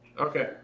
okay